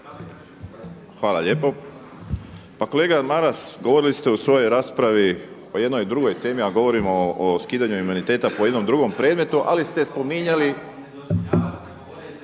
Hvala lijepo. Pa kolega Maras govorili ste u svojoj raspravi o jednoj drugoj temi a govorimo o skidanju imuniteta po jednom drugom predmetu ali ste spominjali